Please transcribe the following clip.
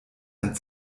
ein